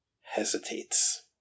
hesitates